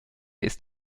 ist